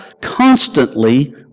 constantly